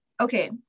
okay